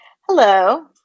Hello